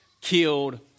killed